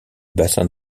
bassin